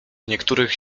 niektórych